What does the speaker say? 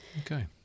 Okay